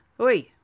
Oi